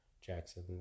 Jackson